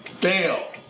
Bail